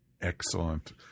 Excellent